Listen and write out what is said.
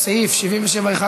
הצעת חוק ביטוח סיעודי ממלכתי (תיקוני חקיקה),